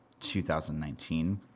2019